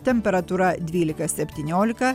temperatūra dvylika septyniolika